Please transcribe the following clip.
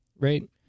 Right